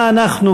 מה אנחנו,